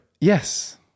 Yes